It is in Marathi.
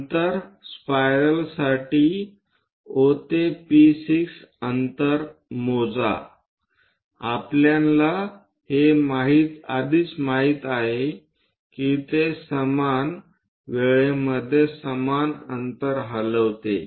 नंतर स्पायरलसाठी O ते P6 अंतर मोजाआपल्याला हे आधीच माहित आहे की ते समान वेळेमध्ये समान अंतर हलवते